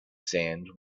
sand